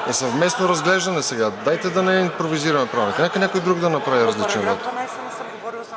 Това е съвместно разглеждане, нека да не импровизираме Правилника, нека някой друг да направи различен вот.